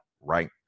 right